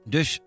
Dus